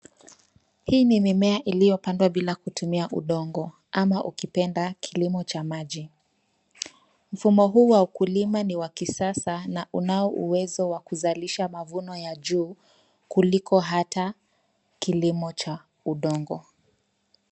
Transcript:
Hii ni mimea iliyopandwa bila kutumia udongo, ama ukipenda kilimo cha maji .Mfumo huu wa ukulima ni wa kisasa, na unao uwezo wa kuzalisha mavuno ya juu kuliko hata kilimo cha udongo.